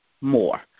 more